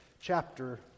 chapter